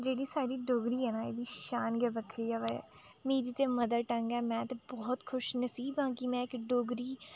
जेह्ड़ी साढ़ी डोगरी ऐ ना एह्दी शान गै बक्खरी ऐ मेरी ते मदर टंग ऐ में ते बहोत खुशनसीब आं की में इक डोगरी